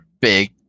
big